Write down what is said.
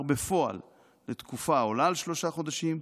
בפועל לתקופה העולה על שלושה חודשים,